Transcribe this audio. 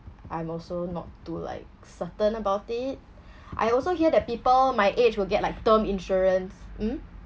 I'm also not too like certain about it I also hear that people my age will get like term insurance mm